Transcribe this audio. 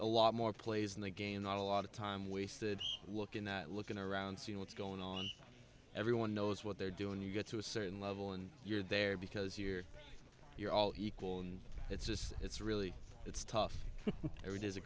a lot more plays in the game not a lot of time wasted looking at looking around seeing what's going on everyone knows what they're doing you get to a certain level and you're there because you're you're all equal and it's just it's really it's tough it is a